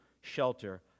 shelter